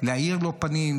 להאיר לו פנים.